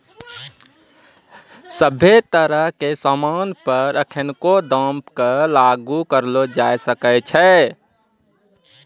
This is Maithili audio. सभ्भे तरह के सामान पर एखनको दाम क लागू करलो जाय सकै छै